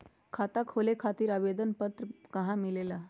खाता खोले खातीर आवेदन पत्र कहा मिलेला?